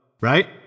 Right